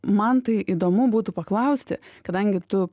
man tai įdomu būtų paklausti kadangi tu